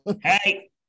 Hey